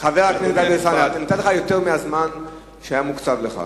טלב אלסאנע, נתתי לך יותר מהזמן שהיה מוקצב לך.